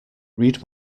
read